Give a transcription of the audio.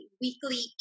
weekly